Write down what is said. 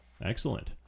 Excellent